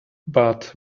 but